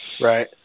Right